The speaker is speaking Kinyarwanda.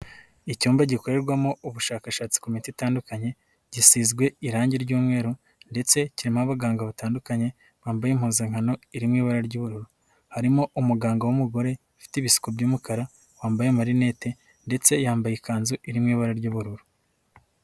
Icyumba gikorerwamo ubushakashatsi ku miti itandukanye, gisizwe irangi ry'umweru ndetse kirimo abaganga batandukanye, bambaye impuzankano iri mu ibara ry'ubururu, harimo umuganga w'umugore, ufite ibisuko by'umukara, wambaye amarinete ndetse yambaye ikanzu iri mu ibara ry'ubururu.